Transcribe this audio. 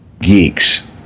geeks